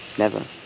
never!